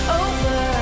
over